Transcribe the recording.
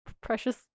precious